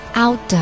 out